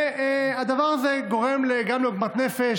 והדבר הזה גורם גם לעוגמת נפש,